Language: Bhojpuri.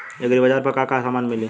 एग्रीबाजार पर का का समान मिली?